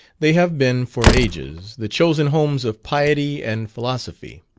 they have been for ages the chosen homes of piety and philosophy.